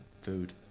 food